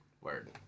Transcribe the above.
Word